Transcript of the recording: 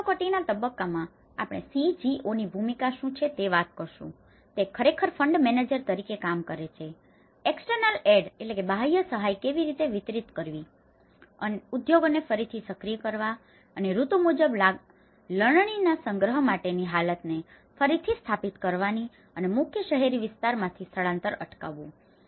અહીં કટોકટીના તબક્કામાં આપણે CGOની ભૂમિકા શું છે તે વિશે વાત કરીશું તે ખરેખર ફંડ મેનેજર તરીકે કામ કરે છે એક્સટર્નલ એડ external aid બાહ્ય સહાય કેવી રીતે વિતરિત કરવી ઉદ્યોગને ફરીથી સક્રિય કરવા અને ઋતુ મુજબ લણણીના સંગ્રહ માટેની હાલતને ફરીથી સ્થાપિત કરવાની અને મુખ્ય શહેરી વિસ્તારોમાંથી સ્થળાંતર અટકાવવું